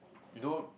you know